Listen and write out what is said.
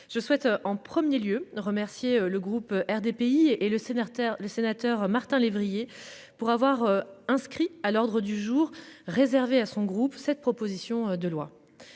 Je souhaite en 1er lieu remercier le groupe RDPI et le CNR taire le sénateur Martin lévrier pour avoir inscrit à l'ordre du jour réservé à son groupe. Cette proposition de loi.